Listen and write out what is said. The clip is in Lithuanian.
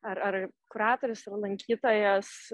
ar ar kuratorius ir lankytojas